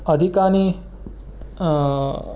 अधिकानि